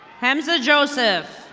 hemza joseph.